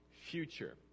future